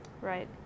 Right